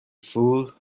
fool